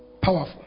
Powerful